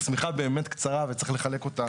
השמיכה באמת קצרה וצריך לחלק אותה